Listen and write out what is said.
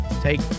Take